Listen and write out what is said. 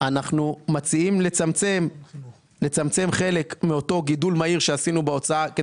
אנחנו מציעים לצמצם חלק מאותו גידול מהיר שעשינו בהוצאה.